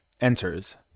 enters